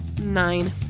Nine